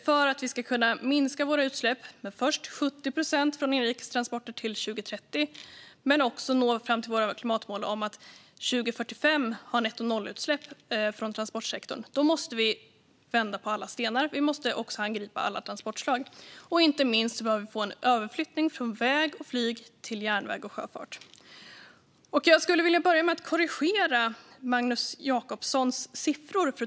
För att vi ska kunna minska våra utsläpp, först med 70 procent från inrikestransporter till år 2030 och sedan nå våra klimatmål om nettonollutsläpp från transportsektorn år 2045, måste vi vända på alla stenar. Vi måste också angripa alla transportslag. Inte minst behöver vi få en överflyttning från väg och flyg till järnväg och sjöfart. Jag skulle vilja korrigera Magnus Jacobssons siffror.